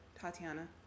Tatiana